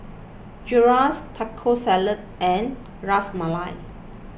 Gyros Taco Salad and Ras Malai